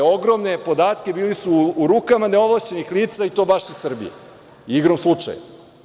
Ogromni podaci bili su u rukama neovlašćenih lica, i to baš u Srbiji, igrom slučaja.